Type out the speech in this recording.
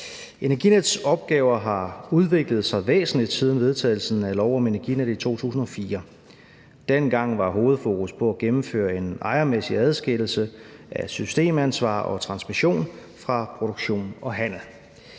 Energinets opgaver har udviklet sig væsentligt siden vedtagelsen af lov om Energinet i 2004. Dengang var hovedfokus på at gennemføre en ejermæssig adskillelse af systemansvar og transmission fra produktion og handel.